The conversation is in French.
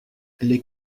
les